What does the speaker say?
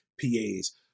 PAs